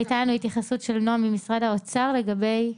הייתה לנו התייחסות של נעם ממשרד האוצר לגבי?